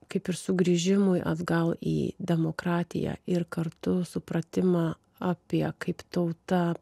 kaip ir sugrįžimui atgal į demokratiją ir kartu supratimą apie kaip tauta